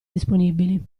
disponibili